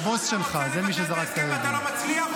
הוא לא קורא בשמך והוא לא ----- ממשלה עם האחים המוסלמים.